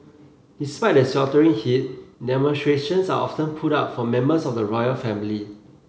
despite the sweltering heat demonstrations are often put up for members of the royal family